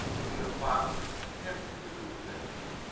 seeing a father that attempted to do the best,